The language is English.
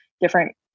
different